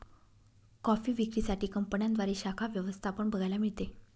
coffee विक्री साठी कंपन्यांद्वारे शाखा व्यवस्था पण बघायला मिळते